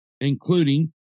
including